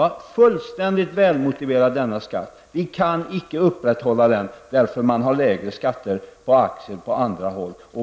Denna skatt var fullständigt välmotiverad. Vi kan icke upprätthålla den, eftersom man har lägre skatter på aktier på andra håll.